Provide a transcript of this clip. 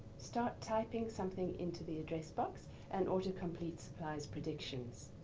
start typing something into the address box and autocomplete supplies predictions.